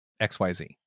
xyz